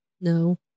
No